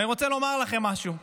אני רוצה לומר לכם משהו.